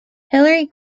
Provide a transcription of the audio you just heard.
hillary